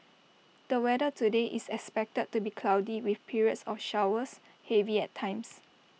the weather today is expected to be cloudy with periods of showers heavy at times